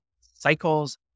Cycles